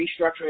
restructuring